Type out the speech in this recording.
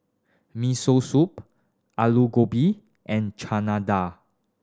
Miso Soup Alu Gobi and Chana Dal